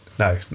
No